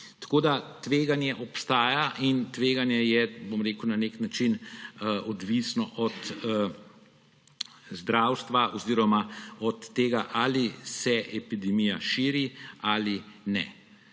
Tako tveganje obstaja in tveganje je na nek način odvisno od zdravstva oziroma od tega, ali se epidemija širi ali ne.